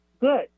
good